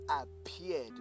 appeared